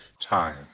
Time